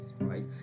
right